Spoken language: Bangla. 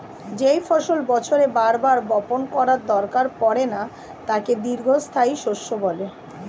যেই ফসল বছরে বার বার বপণ করার দরকার পড়ে না তাকে দীর্ঘস্থায়ী শস্য বলে